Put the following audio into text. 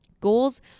Goals